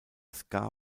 ska